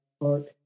park